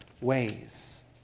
ways